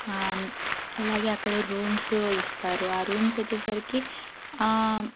అలాగే అక్కడ రూమ్స్ ఇస్తారు ఆ రూమ్స్ వచ్చేసరికి